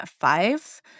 five